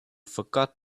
forgot